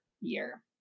year